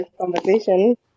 conversation